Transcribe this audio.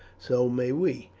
so may we.